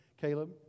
Caleb